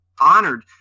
honored